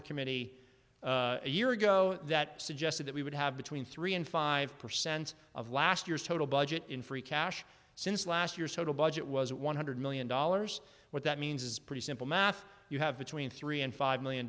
t committee a year ago that suggested that we would have between three and five percent of last year's total budget in free cash since last year's total budget was one hundred million dollars what that means is pretty simple math you have between three and five million